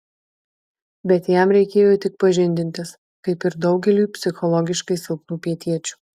bet jam reikėjo tik pažindintis kaip ir daugeliui psichologiškai silpnų pietiečių